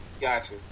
Gotcha